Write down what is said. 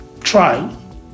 try